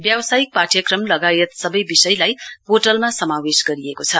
व्यवसायिक पाठ्यक्रम लगायत सबै विषयलाई पोर्टलमा समावेश गरिएको छ